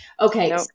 Okay